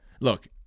Look